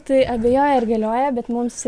tai abejoju ar galioja bet mums